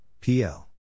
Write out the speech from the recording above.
PL